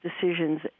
decisions